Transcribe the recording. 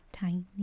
Tiny